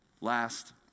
Last